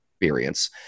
experience